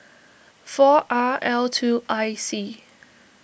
four R L two I C